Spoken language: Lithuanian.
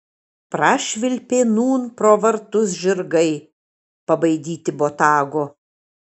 prašvilpė nūn pro vartus žirgai pabaidyti botago